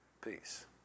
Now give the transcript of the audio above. Peace